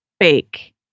Fake